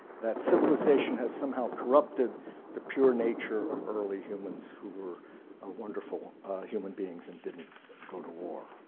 that civilization has somehow corrupted the pure nature of early humans who were ah wonderful human beings and didn't go to war.